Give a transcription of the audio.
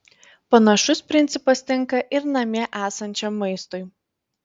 panašus principas tinka ir namie esančiam maistui